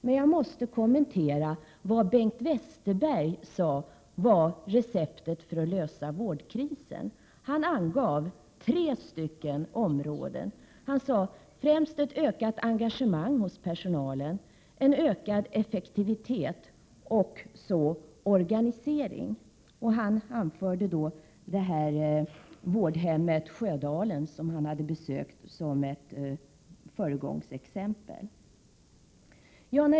Men jag måste kommentera de recept Bengt Westerberg hade för att lösa vårdkrisen. Han angav tre områden: främst ett ökat engagemang hos personalen, en ökad effektivitet och organisation. Han anförde vårdhemmet Sjödalen, som han hade besökt, som ett föregångsexempel.